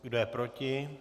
Kdo je proti?